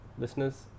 Listeners